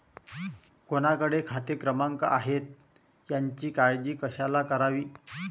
कोणाकडे खाते क्रमांक आहेत याची काळजी कशाला करावी